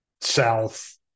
South